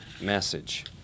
message